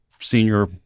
senior